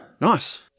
Nice